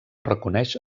reconeix